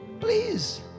Please